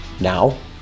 Now